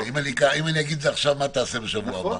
אם אני אגיד עכשיו, מה תעשה בשבוע הבא?